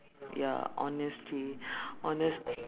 ya honesty honest